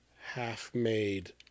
half-made